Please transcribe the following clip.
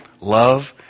Love